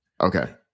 Okay